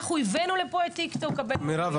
אנחנו הבאנו לפה את הטיקטוק הבין-לאומי --- מירב,